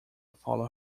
follow